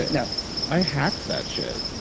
no i hacked that shit.